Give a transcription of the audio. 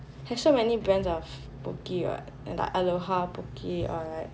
have so many brands of poke what like aloha poke or like